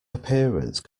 appearance